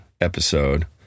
episode